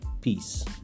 Peace